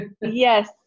Yes